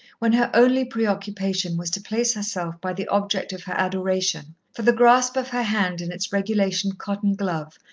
when her only preoccupation was to place herself by the object of her adoration, for the grasp of her hand in its regulation cotton glove,